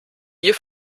wir